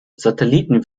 satelliten